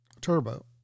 Turbo